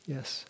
Yes